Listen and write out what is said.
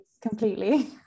Completely